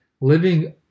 Living